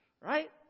Right